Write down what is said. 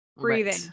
breathing